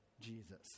jesus